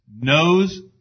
knows